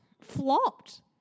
flopped